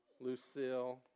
Lucille